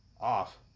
off